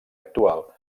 actual